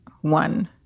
one